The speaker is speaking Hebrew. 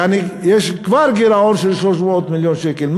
יעני, יש כבר גירעון של 300 מיליון שקל.